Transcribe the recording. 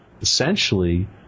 essentially